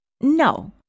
No